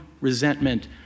resentment